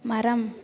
மரம்